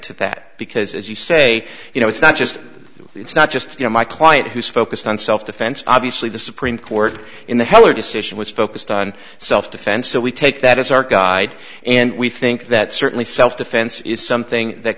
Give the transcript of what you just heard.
to that because as you say you know it's not just it's not just you know my client who's focused on self defense obviously the supreme court in the heller decision was focused on self defense so we take that as our guide and we think that certainly self defense is something that